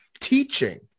teaching